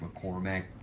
McCormack